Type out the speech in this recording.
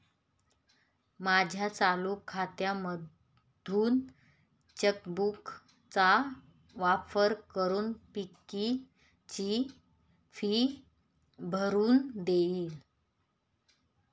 माझ्या चालू खात्यामधून चेक बुक चा वापर करून पिंकी ची फी भरून देईल